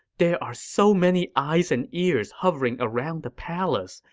there are so many eyes and ears hovering around the palace.